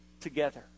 together